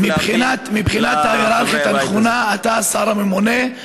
מבחינת ההיררכיה הנכונה אתה השר הממונה,